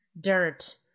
dirt